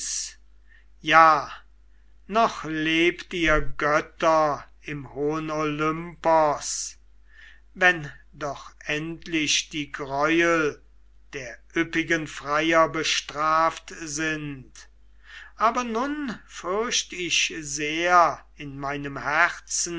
ja noch lebt ihr götter im hohen olympos wenn doch endlich die greuel der üppigen freier bestraft sind aber nun fürcht ich sehr in meinem herzen